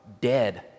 Dead